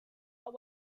are